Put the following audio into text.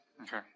Okay